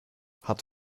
hat